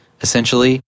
essentially